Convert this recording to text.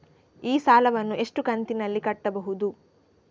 ಈ ಸಾಲವನ್ನು ಎಷ್ಟು ಕಂತಿನಲ್ಲಿ ಕಟ್ಟಬಹುದು?